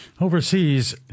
Overseas